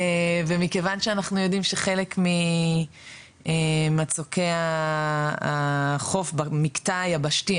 ומכיוון שאנחנו יודעים שחלק ממצוקי החוף במקטע היבשתי,